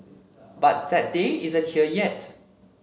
but that day isn't here yet